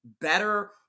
better